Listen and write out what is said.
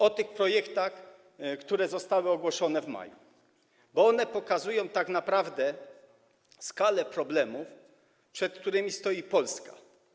o tych projektach, które zostały ogłoszone w maju, bo one pokazują tak naprawdę skalę problemów, przed jakimi stoi Polska.